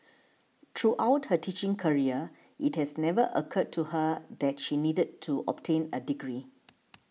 throughout her teaching career it has never occurred to her that she needed to obtain a degree